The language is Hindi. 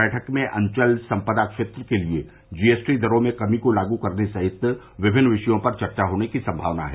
बैठक में अचल संपदा क्षेत्र के लिए जी एस टी दरों में कमी को लागू करने सहित विभिन्न विषयों पर चर्चा होने की संभावना है